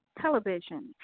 television